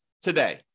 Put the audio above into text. today